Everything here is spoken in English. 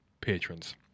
patrons